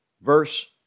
verse